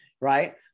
Right